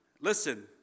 listen